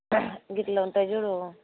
గిట్ల ఉంటాయి చూడు